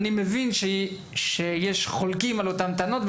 אני מבין שיש חולקים על אותן טענות.